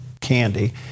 candy